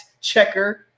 checker